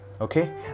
okay